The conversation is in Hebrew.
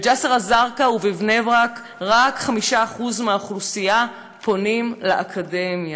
בג'סר א-זרקא ובבני ברק רק 5% מהאוכלוסייה פונים לאקדמיה.